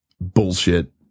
bullshit